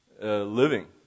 Living